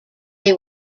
they